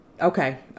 Okay